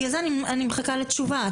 אני מחכה לתשובה.